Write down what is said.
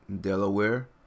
Delaware